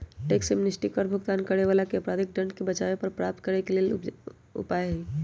tax amnesty कर भुगतान न करे वलाके अपराधिक दंड से बचाबे कर प्राप्त करेके लेल उपाय हइ